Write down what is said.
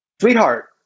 sweetheart